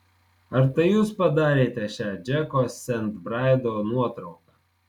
ar tai jūs padarėte šią džeko sent braido nuotrauką